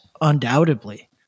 undoubtedly